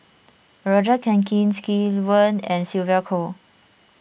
Roger Jenkins Lee Wen and Sylvia Kho